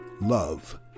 love